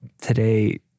Today